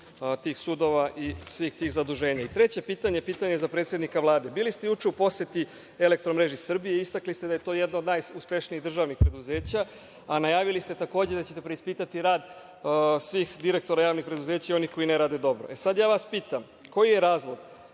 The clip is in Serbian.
tih sudova i svih tih zaduženja. Treće pitanje, pitanje za predsednika Vlade. Bili ste juče u poseti „Elektromreži Srbije“, istakli ste da je to jedno od najuspešnijih državnih preduzeća, a najavili ste takođe da ćete preispitati rad svih direktora javnih preduzeća i onih koji ne rade dobro. Sada, vas pitam, koji je razlog